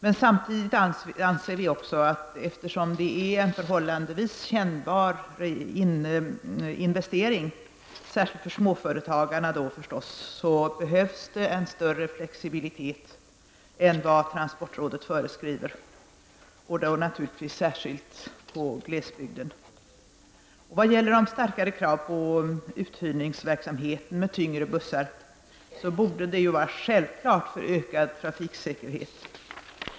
Men samtidigt anser vi, eftersom det är en förhållandevis kännbar investering, särskilt för småföretagare, att det behövs en större flexibilitet än vad transportrådet föreskriver, särskilt när det gäller glesbygden. Större krav på uthyrning av tyngre bussar borde vara självklart för att man skall åstadkomma ökad trafiksäkerhet.